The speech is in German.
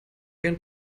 ihren